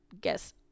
guess